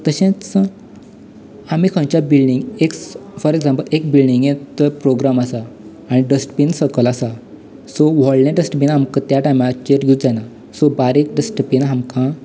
तशेंच आमी खंयच्या बिल्डीगेंक फोर एक्जांपल एक बिल्डींगेर जर प्रोग्राम आसा आनी डस्टबीन सकयल आसा सो व्हडलें डस्टबीन आमकां त्या टायमाचेर यूज जायना सो बारीक डस्टबीन आमकां